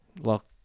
lock